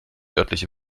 örtliche